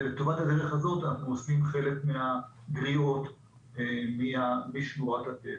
לטובת הדרך הזאת אנחנו עושים חלק מהגריעות משמורת הטבע.